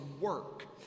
work